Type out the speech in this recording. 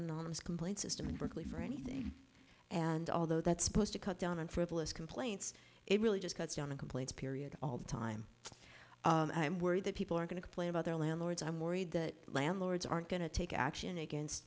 an anonymous complaint system in berkeley for anything and although that's supposed to cut down on frivolous complaints it really just cuts down the complaints period all the time i'm worried that people are going to play about their landlords i'm worried that landlords aren't going to take action against